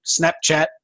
snapchat